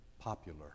popular